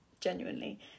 genuinely